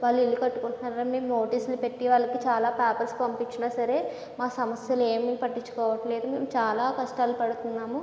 వాళ్ళు ఇళ్ళు కట్టుకుంటున్నారని మేము నోటీసులు పెట్టి వాళ్ళకి చాలా పేపర్స్ పంపించినా సరే మా సమస్యలు ఏమి పట్టించుకోవట్లేదు మేము చాలా కష్టాలు పడుతున్నాము